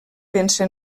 pensa